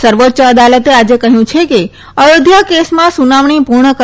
સર્વોચ્ય અદાલતે આજે કહ્યું છે કે અયોધ્યા કેસમાં સુનાવણી પૂર્ણ કરવા